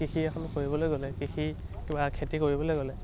কৃষি এখন কৰিবলৈ গ'লে কৃষি কিবা খেতি কৰিবলে গ'লে